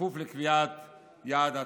כפוף לקביעת יעד עדכני.